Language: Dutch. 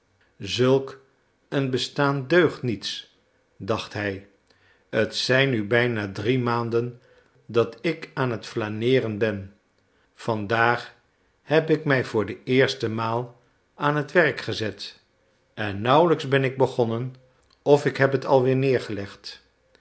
zulk een bestaan deugt niets dacht hij t zijn nu bijna drie maanden dat ik aan t flaneeren ben vandaag heb ik mij voor de eerste maal aan het werk gezet en nauwelijks ben ik begonnen of ik heb het al weer neergelegd